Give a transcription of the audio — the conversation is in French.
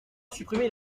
supprimer